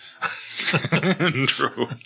True